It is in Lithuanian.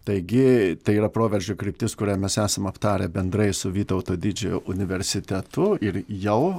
taigi tai yra proveržio kryptis kurią mes esam aptarę bendrai su vytauto didžiojo universitetu ir jau